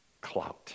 clout